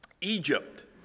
Egypt